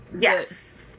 Yes